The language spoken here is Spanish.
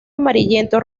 amarillento